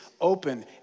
open